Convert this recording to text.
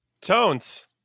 Tones